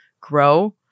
grow